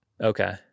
Okay